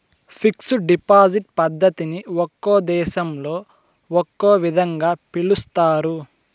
fixed deposit పద్ధతిని ఒక్కో దేశంలో ఒక్కో విధంగా పిలుస్తారు